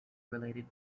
related